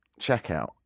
checkout